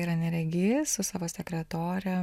yra neregys su savo sekretore